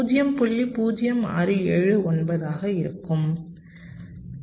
0679 இருக்கும்